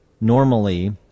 normally